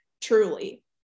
truly